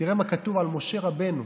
תראה מה כתוב על משה רבנו: